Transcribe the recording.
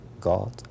God